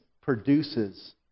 produces